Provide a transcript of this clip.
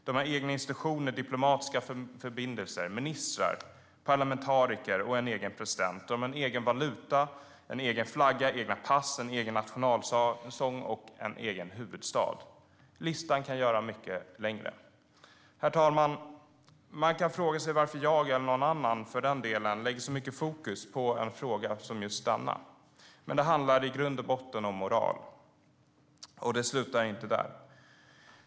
Man har egna institutioner och diplomatiska förbindelser, ministrar och parlamentariker, och man har en egen president. Man har en egen valuta, en egen flagga, egna pass, en egen nationalsång och en egen huvudstad. Listan kan göras mycket längre. Herr talman! Man kan fråga sig varför jag, eller för den delen någon annan, lägger så mycket fokus på en fråga som just denna. Det handlar dock i grund och botten om moral, och det slutar inte där.